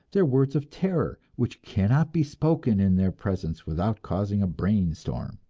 their words of terror, which cannot be spoken in their presence without causing a brain-storm.